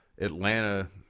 atlanta